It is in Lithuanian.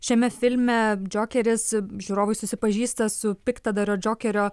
šiame filme džokeris žiūrovai susipažįsta su piktadario džokerio